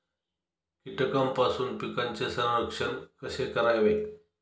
कीटकांपासून पिकांचे संरक्षण कसे करावे?